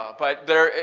but there,